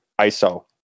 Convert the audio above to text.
ISO